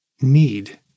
need